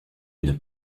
une